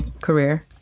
career